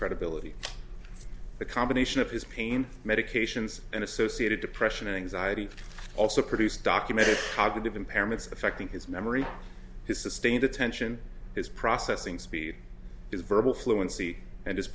credibility the combination of his pain medications and associated depression and anxiety also produce documented cognitive impairments affecting his memory his sustained attention his processing speed his verbal fluency and his